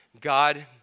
God